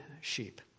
sheep